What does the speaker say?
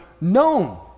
known